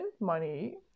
money